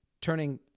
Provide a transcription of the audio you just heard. turning